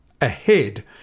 ahead